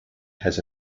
has